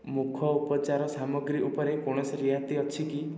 ମୁଖ ଉପଚାର ସାମଗ୍ରୀ ଉପରେ କୌଣସି ରିହାତି ଅଛି କି